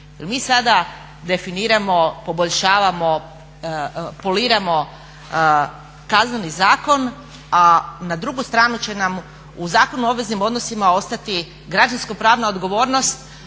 mi sada definiramo, poboljšavamo, poliramo Kazneni zakon, a na drugu stranu će nam u Zakonu o obveznim odnosima ostati građanskopravna odgovornost,